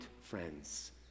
friends